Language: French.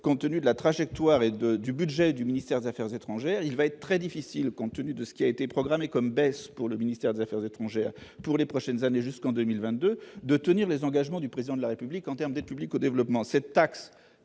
continue de la trajectoire et de du budget du ministère Affaires étrangères il va être très difficile compte tenu de ce qui a été programmée comme baisse pour le ministère des Affaires étrangères pour les prochaines années jusqu'en 2022 de tenir les engagements du président de la République en terme de public au développement cette taxe